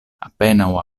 apenaŭ